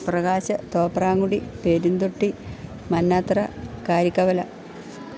Prakash Thoprankudy Perinthotty Mannathra Karikkavala